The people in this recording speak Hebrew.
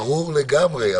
ברור לגמרי.